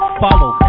follow